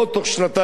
תודה רבה לך,